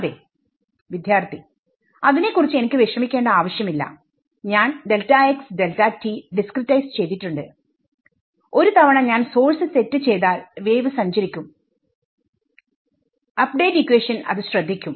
അതേ വിദ്യാർത്ഥി അതിനെക്കുറിച്ച് എനിക്ക് വിഷമിക്കേണ്ട ആവശ്യമില്ലഞാൻ ഡിസ്ക്രിടൈസ് ചെയ്തിട്ടുണ്ട്ഒരു തവണ ഞാൻ സോഴ്സ് സെറ്റ് ചെയ്താൽ വേവ് സഞ്ചരിക്കുംഅപ്ഡേറ്റ് ഇക്വേഷൻ അത് ശ്രദ്ധിക്കും